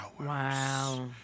Wow